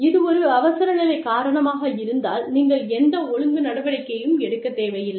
இது ஒரு அவசரநிலை காரணமாக இருந்தால் நீங்கள் எந்த ஒழுங்கு நடவடிக்கையும் எடுக்கத் தேவையில்லை